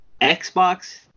Xbox